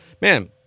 Man